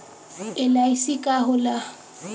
LIC का होला?